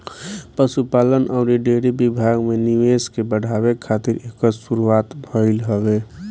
पशुपालन अउरी डेयरी विभाग में निवेश के बढ़ावे खातिर एकर शुरुआत भइल हवे